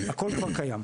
הכול כבר קיים.